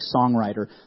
songwriter